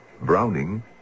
Browning